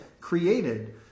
created